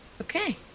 Okay